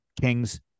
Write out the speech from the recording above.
kings